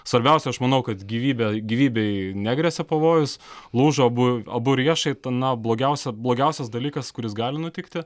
svarbiausia aš manau kad gyvybė gyvybei negresia pavojus lūžo abu abu riešai tai na blogiausia blogiausias dalykas kuris gali nutikti